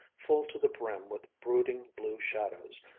full to the brim with brooding blue shadows,